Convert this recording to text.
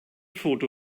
foto